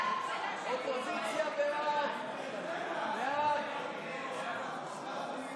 לתיקון פקודת האגודות השיתופיות (מספר בתי אב ביישוב קהילתי),